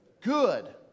good